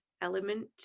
element